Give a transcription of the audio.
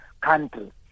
country